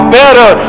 better